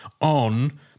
on